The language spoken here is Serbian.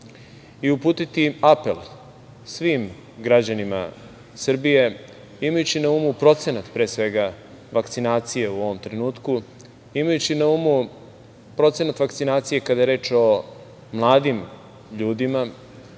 i uputiti apel svim građanima Srbije. Imajući na umu procenat, pre svega, vakcinacije u ovom trenutku, imajući na umu procenat vakcinacije kada je reč o mladim ljudima